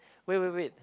wait wait wait